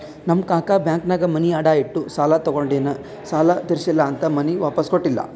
ನಮ್ ಕಾಕಾ ಬ್ಯಾಂಕ್ನಾಗ್ ಮನಿ ಅಡಾ ಇಟ್ಟು ಸಾಲ ತಗೊಂಡಿನು ಸಾಲಾ ತಿರ್ಸಿಲ್ಲಾ ಅಂತ್ ಮನಿ ವಾಪಿಸ್ ಕೊಟ್ಟಿಲ್ಲ